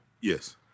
Yes